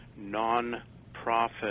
non-profit